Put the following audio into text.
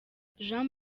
jean